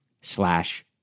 slash